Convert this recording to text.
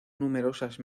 numerosas